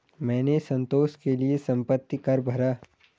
मैंने संतोष के लिए संपत्ति कर भरा